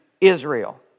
Israel